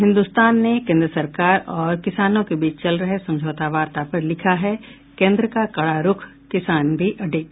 हिन्दुस्तान ने केन्द्र सरकार और किसानों के बीच चल रहे समझौता वार्ता पर लिखा है केन्द्र का कड़ा रूख किसान भी अडिग